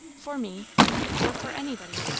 for me or for anybody.